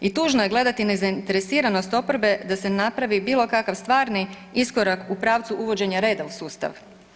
I tužno je gledati nezainteresiranost oporbe da se napravi bilo kakav stvarni iskorak u pravcu uvođenja reda u sustav.